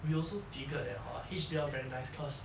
we also figured that hor H_B_L very nice cause